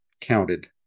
counted